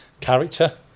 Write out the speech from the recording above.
character